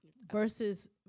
Versus